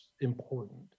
important